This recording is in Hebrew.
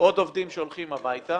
עוד עובדים שהולכים הביתה